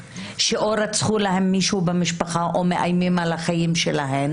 או שרצחו להם מישהו במשפחה או מאיימים על החיים שלהן